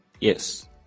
yes